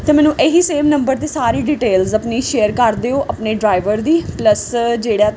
ਅਤੇ ਮੈਨੂੰ ਇਹ ਹੀ ਸੇਮ ਨੰਬਰ 'ਤੇ ਸਾਰੀ ਡਿਟੇਲਸ ਆਪਣੀ ਸ਼ੇਅਰ ਕਰ ਦਿਓ ਆਪਣੇ ਡਰਾਈਵਰ ਦੀ ਪਲਸ ਜਿਹੜਾ